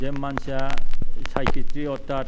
जे मानसिया साइकेट्रिस्ट अरथाद